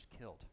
killed